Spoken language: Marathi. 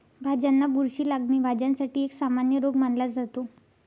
भाज्यांना बुरशी लागणे, भाज्यांसाठी एक सामान्य रोग मानला जातो